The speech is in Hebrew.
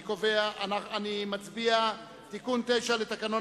אני מצביע על תיקון סעיף 9 לתקנון